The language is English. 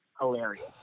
Hilarious